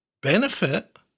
benefit